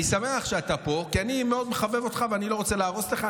אני שמח שאתה פה כי אני מאוד מחבב אותך ואני לא רוצה להרוס לך,